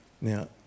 Now